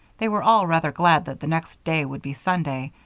they were all rather glad that the next day would be sunday,